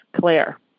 Claire